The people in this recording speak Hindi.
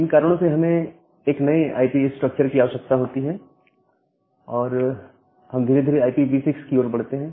इन कारणों से हमें एक नए आईपी स्ट्रक्चर की आवश्यकता होती है और और हम धीरे धीरे IPv6 की ओर बढ़ते हैं